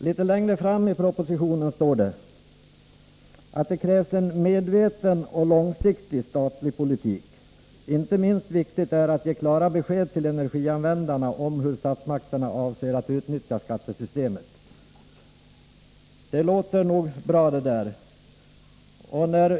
Litet längre fram i propositionen framhålls att det ”krävs en medveten och långsiktig statlig politik. Inte minst viktigt är att ge klara besked till energianvändarna om hur statsmakterna avser att utnyttja skattesystemet.” Detta låter nog bra.